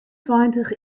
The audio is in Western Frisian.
tweintich